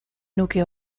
nuke